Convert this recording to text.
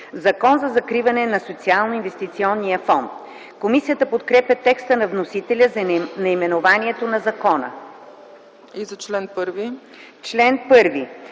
„Закон за закриване на Социалноинвестиционния фонд” Комисията подкрепя текста на вносителя за наименованието на закона. Комисията подкрепя